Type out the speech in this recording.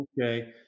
Okay